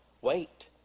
Wait